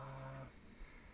uh